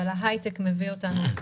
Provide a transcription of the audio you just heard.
אבל ההייטק מביא אותנו למקום הרבה יותר טוב.